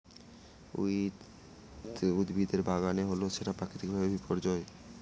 weed উদ্ভিদের বাগানে হলে সেটা প্রাকৃতিক ভাবে বিপর্যয়